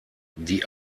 die